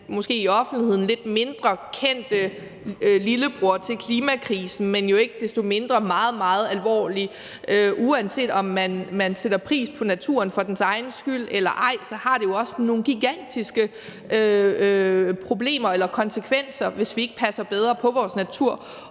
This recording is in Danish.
måske i offentligheden – lidt mindre kendte lillebror til klimakrisen, men jo ikke desto mindre meget, meget alvorlig. Uanset om man sætter pris på naturen for dens egen skyld eller ej, har det jo også nogle gigantiske problemer eller konsekvenser, hvis vi ikke passer bedre på vores natur,